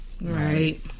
Right